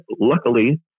luckily